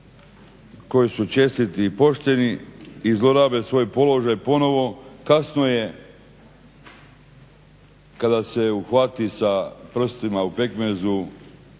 koji su čestiti i pošteni i zlorabe svoj položaj ponovno, kasno je kada se uhvati sa prstima u pekmezu,